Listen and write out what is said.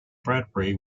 bradbury